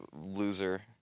loser